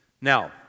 Now